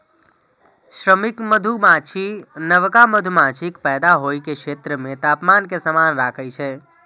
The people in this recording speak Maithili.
श्रमिक मधुमाछी नवका मधुमाछीक पैदा होइ के क्षेत्र मे तापमान कें समान राखै छै